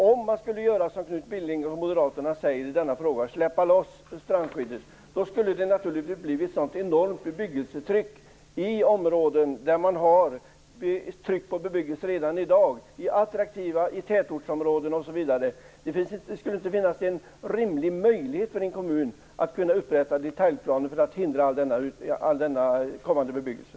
Om man skulle göra så som Knut Billing och Moderaterna säger i denna fråga och släppa loss strandskyddet, då skulle det bli ett enormt bebyggelsetryck i områden där det redan i dag är tryck på bebyggelse. Det skulle inte finnas en rimlig möjlighet för en kommun att upprätta detaljplaner för att hindra all kommande bebyggelse.